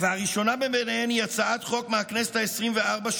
והראשונה ביניהן היא הצעת חוק מהכנסת העשרים-וארבע,